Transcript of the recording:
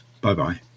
Bye-bye